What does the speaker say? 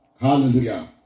Hallelujah